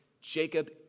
Jacob